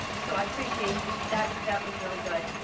so i appreciate that that was really good.